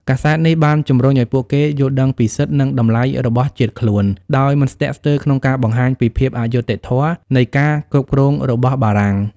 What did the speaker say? កាសែតនេះបានជំរុញឱ្យពួកគេយល់ដឹងពីសិទ្ធិ និងតម្លៃរបស់ជាតិខ្លួន ដោយមិនស្ទាក់ស្ទើរក្នុងការបង្ហាញពីភាពអយុត្តិធម៌នៃការគ្រប់គ្រងរបស់បារាំង។